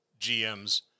GMs